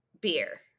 beer